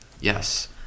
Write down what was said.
yes